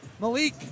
Malik